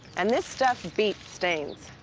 and this stuff beets stains.